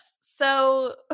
So-